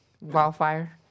wildfire